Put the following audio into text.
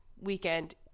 weekend